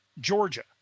Georgia